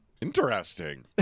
Interesting